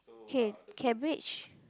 here cabbage